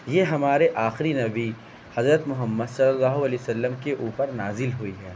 یہ ہمارے آخری نبی حضرت محمد صلی اللہ علیہ وسلم کے اوپر نازل ہوئی ہے